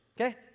okay